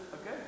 okay